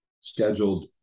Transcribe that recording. scheduled